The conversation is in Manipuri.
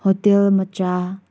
ꯍꯣꯇꯦꯜ ꯃꯆꯥ